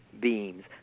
Beams